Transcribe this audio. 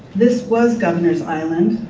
this was governor's island.